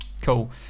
cool